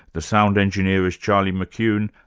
the sound engineer is charlie mckune,